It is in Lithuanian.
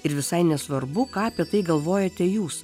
ir visai nesvarbu ką apie tai galvojate jūs